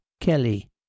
Kelly